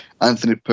Anthony